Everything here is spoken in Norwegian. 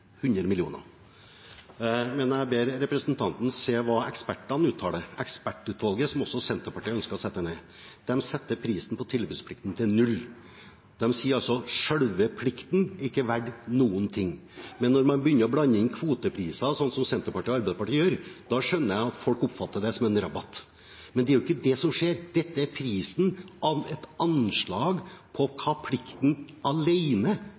100 mill. kr. Men jeg ber representanten Pollestad se på kva ekspertene uttaler i Ekspertutvalget, som også Senterpartiet ønsket å sette ned. De satte prisen på tilbudsplikten til null. De sier altså at selve plikten ikke er verdt noen ting. Men når man begynner å blande inn kvotepriser, sånn som Senterpartiet og Arbeiderpartiet gjør, da skjønner jeg at folk oppfatter det som en rabatt. Men det er jo ikke det som skjer. Dette er prisen på et anslag